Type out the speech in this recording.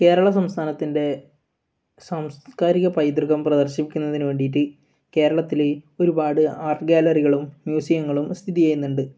കേരള സംസ്ഥാനത്തിൻ്റെ സാംസ്കാരിക പൈതൃകം പ്രദർശിപ്പിക്കുന്നതിന് വേണ്ടിയിട്ട് കേരളത്തിൽ ഒരുപാട് ആർട്ട് ഗാലറികളും മ്യൂസിയങ്ങളും സ്ഥിതി ചെയ്യുന്നുണ്ട്